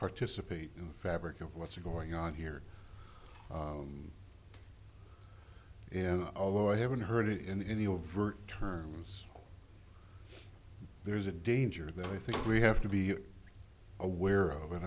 participate in the fabric of what's going on here although i haven't heard in any overt terms there's a danger that i think we have to be aware of it